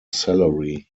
salary